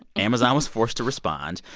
amazon was forced to respond.